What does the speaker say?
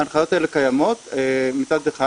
ההנחיות האלה קיימות מצד אחד,